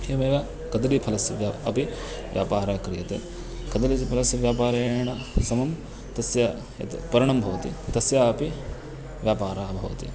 एवमेव कदलीफलस्य व्या अपि व्यापारः क्रियते कदलीफलस्य व्यापारेण समं तस्य यत् पर्णं भवति तस्यापि व्यापारः भवति